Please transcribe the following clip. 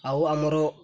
ଆଉ ଆମର